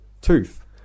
tooth